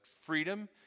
freedom